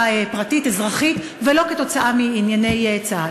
פרטית אזרחית ולא כתוצאה מענייני צה"ל.